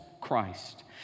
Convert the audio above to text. Christ